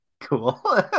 Cool